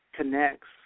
connects